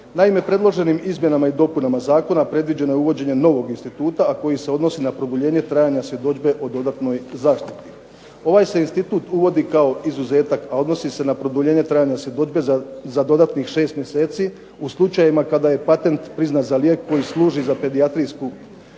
Naime, predloženim izmjenama i dopunama zakona predviđeno je uvođenje novog instituta a koji se odnosi na produljenje trajanja svjedodžbe o dodatnoj zaštiti. Ovaj se institut uvodi kao izuzetak, a odnosi se na produljenje trajanja svjedodžbe za dodatnih šest mjeseci u slučajevima kada je patent priznat za lijek koji služi za pedijatrijsku upotrebu,